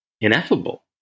ineffable